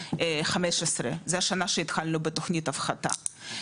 זו השנה שהתחלנו בתוכנית ההפחתה,